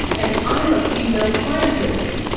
and i'm a female scientist.